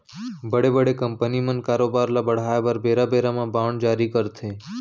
बड़े बड़े कंपनी मन कारोबार ल बढ़ाय बर बेरा बेरा म बांड जारी करथे